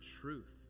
truth